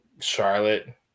Charlotte